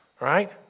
Right